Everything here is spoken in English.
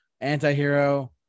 anti-hero